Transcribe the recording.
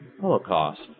holocaust